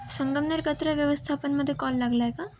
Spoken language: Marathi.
संगमनेर कचरा व्यवस्थापनमध्ये कॉल लागला आहे का